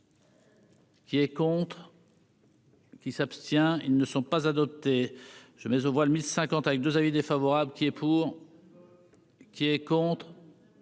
Qui est contre. Qui s'abstient, ils ne sont pas adoptés je mets aux voix le ML avec 2 avis défavorables qui est. Pour qui est contre.